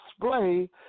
display